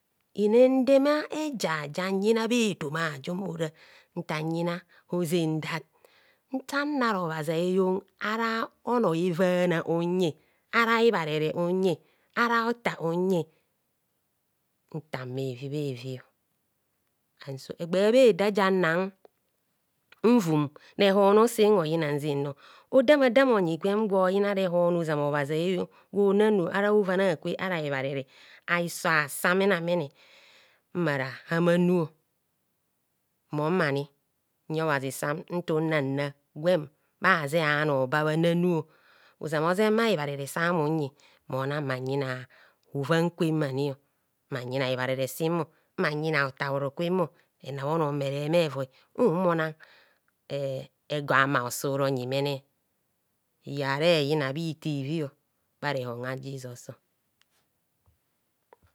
. Henendeme eja janyina bhetoma ajum ora ntanyina hozen dat sanna obhazi a'yon ara onor evana unyi ara ibharere unyi ara otar unyi ntan bhevibhevio an so egbe bheda janna nvum rehonor sem oyina nzennor odamadam onyi gwem gwo yina rehonor ozama obhazi a'yon gwo nanu ara hoven a'kwe ara hibharere a'hiso asi amenamene mmara ama nuo mom ani nyi obhazi sam nta una nra gwen bha haze anor babha nanuo ozama ozem bha hibharere sa me unyi mona mmanyine hovan kwemam. mmanyina hibharere simmo. mmayina hotabhoro kwemo henabhe onor mmere heme voi unhumor ona e egor hama osure onyimene reyar hare yina bha ito ivio bha rehon a'jizos